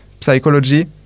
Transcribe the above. psychology